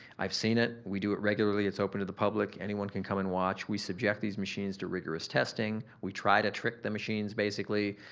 i've seen it, we do it regularly. it's open to the public. anyone can come and watch. we subject these machines to rigorous testing. we try to trick the machines basically.